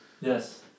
Yes